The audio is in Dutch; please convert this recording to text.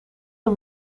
een